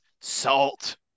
Salt